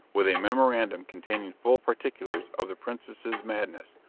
with a memorandum containing full particulars of the princess's madness,